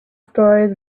stories